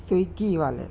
Swiggy والے